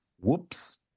Whoops